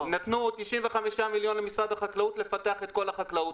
נתנו 95 מיליון שקלים למשרד החקלאות לפתח את כל החקלאות.